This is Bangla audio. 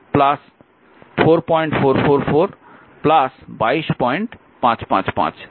সুতরাং 13 4444 22555 Ω